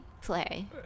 play